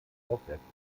aufmerksam